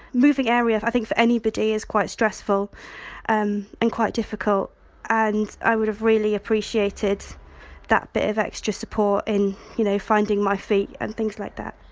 moving area, i think, for anybody is quite stressful um and quite difficult and i would have really appreciated that bit of extra support in you know finding my feet and things like that.